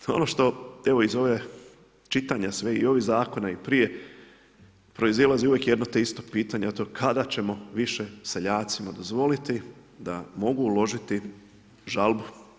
To je ono što iz ove čitanja sve i ovih zakona i prije proizilazi uvijek jedno te isto pitanje, kada ćemo više seljacima dozvoliti da mogu uložiti žalbu.